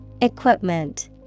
Equipment